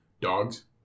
dogs